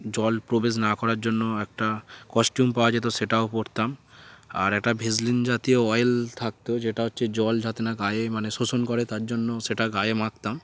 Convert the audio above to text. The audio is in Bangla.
জল প্রবেশ না করার জন্য একটা কস্টিউম পাওয়া যেত সেটাও পড়তাম আর একটা ভেজলিন জাতীয় অয়েল থাকত যেটা হচ্ছে জল যাতে না গায়ে মানে শোষণ করে তার জন্য সেটা গায়ে মাখতাম